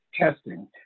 testing